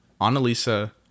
annalisa